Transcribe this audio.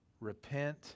Repent